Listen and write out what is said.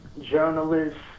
journalists